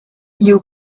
you